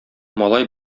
малай